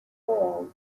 called